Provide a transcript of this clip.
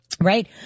Right